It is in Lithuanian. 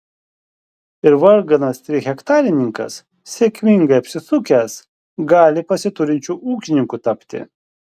ir varganas trihektarininkas sėkmingai apsisukęs gali pasiturinčiu ūkininku tapti